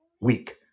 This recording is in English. Weak